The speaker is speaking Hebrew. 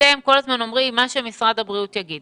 אתם כל הזמן אומרים: מה שמשרד הבריאות יגיד.